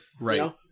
right